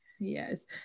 Yes